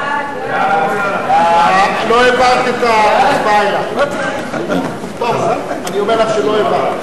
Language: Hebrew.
ההצעה להעביר את הצעת חוק לפינוי שדות מוקשים,